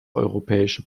europäische